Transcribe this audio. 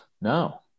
No